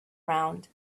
round